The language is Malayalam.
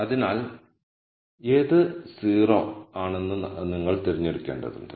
അതിനാൽ ഏത് 0 ആണെന്ന് നമ്മൾ തിരഞ്ഞെടുക്കേണ്ടതുണ്ട്